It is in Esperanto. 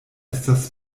estas